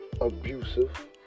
abusive